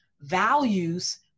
values